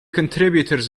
contributors